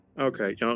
Okay